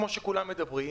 כמו שכולם מדברים,